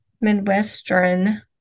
Midwestern